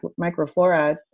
microflora